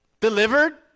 delivered